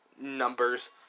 numbers